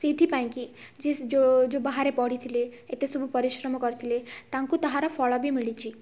ସେଇଥିପାଇଁ କି ଯେଉଁ ବାହାରେ ପଢ଼ିଥିଲେ ଏତେ ସବୁ ପରିଶ୍ରମ କରିଥିଲେ ତାଙ୍କୁ ତାହାର ଫଳ ବି ମିଳିଛି